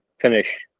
finish